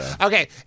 Okay